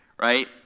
Right